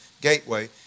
gateway